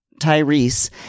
tyrese